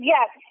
Yes